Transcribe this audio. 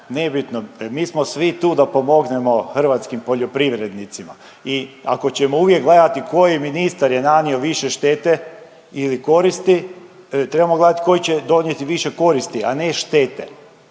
nebitno. Mi smo svi tu da pomognemo hrvatskim poljoprivrednicima. I ako ćemo uvijek gledati koji ministar je nanio više štete ili koristi trebamo gledati koji će donijeti više koristi, a ne štete.